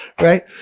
Right